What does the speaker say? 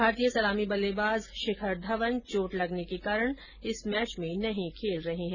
भारतीय सलामी बल्लेबाज शिखर धवन चोट लगने के कारण इस मैच में नहीं खेल रहे है